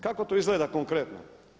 Kako to izgleda konkretno?